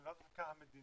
של לאו דווקא המדינה,